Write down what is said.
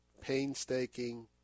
painstaking